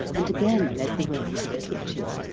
and again led the way into the kitchen.